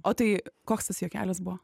o tai koks tas juokelis buvo